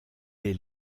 est